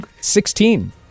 Sixteen